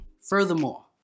Furthermore